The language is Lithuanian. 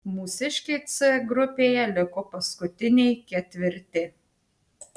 mūsiškiai c grupėje liko paskutiniai ketvirti